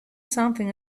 something